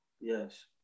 Yes